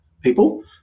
people